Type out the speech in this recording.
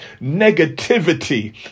negativity